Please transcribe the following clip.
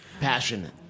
Passionate